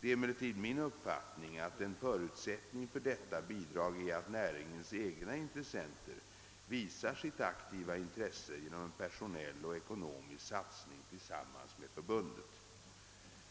Det är emellertid min uppfattning, att en förutsättning för detta bidrag är att näringens egna intressenter visar sitt aktiva intresse genom en personell och ekonomisk satsning tillsammans med förbundet.